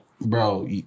bro